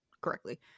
correctly